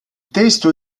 testo